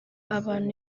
abantu